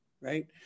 right